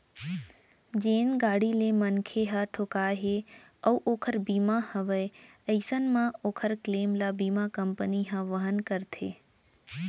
जेन गाड़ी ले मनखे ह ठोंकाय हे अउ ओकर बीमा हवय अइसन म ओकर क्लेम ल बीमा कंपनी ह वहन करथे